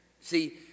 See